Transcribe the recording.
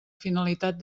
finalitat